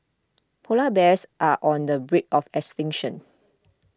Polar Bears are on the brink of extinction